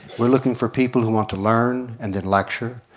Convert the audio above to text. we're looking for people who want to learn and then lecture.